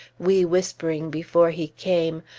we whispering before he came,